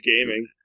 gaming